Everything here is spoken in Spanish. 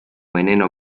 veneno